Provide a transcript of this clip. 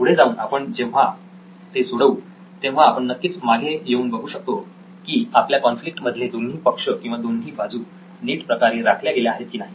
पुढे जाऊन आपण जेव्हा ते सोडवू तेव्हा आपण नक्कीच मागे येऊन बघू शकतो की आपल्या कॉन्फ्लिक्ट मधले दोन्ही पक्ष किंवा दोन्ही बाजू नीट प्रकारे राखल्या गेल्या आहेत की नाही